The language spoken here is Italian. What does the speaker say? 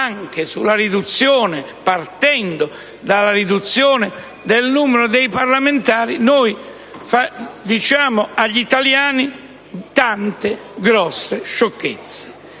piccoli passi, anche partendo dalla riduzione del numero dei parlamentari, noi diciamo agli italiani tante grosse sciocchezze.